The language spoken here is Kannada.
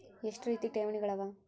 ಎಷ್ಟ ರೇತಿ ಠೇವಣಿಗಳ ಅವ?